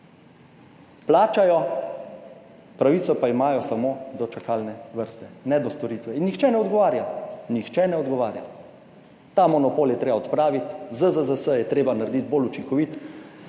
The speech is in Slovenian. Plačajo, pravico pa imajo samo do čakalne vrste, ne do storitve. In nihče ne odgovarja, Nihče ne odgovarja. Ta monopol je treba odpraviti. ZZZS je treba narediti bolj učinkovit,